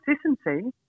consistency